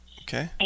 okay